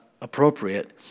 appropriate